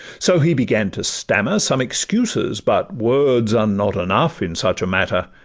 so he began to stammer some excuses but words are not enough in such a matter,